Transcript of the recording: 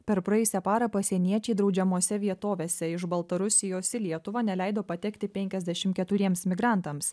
per praėjusią parą pasieniečiai draudžiamose vietovėse iš baltarusijos į lietuvą neleido patekti penkiasdešim keturiems migrantams